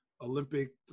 olympic